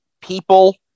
people